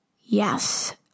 Yes